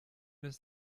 des